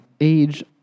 age